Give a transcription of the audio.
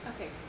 Okay